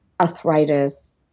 arthritis